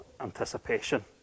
anticipation